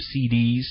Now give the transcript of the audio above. CDs